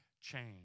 change